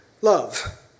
love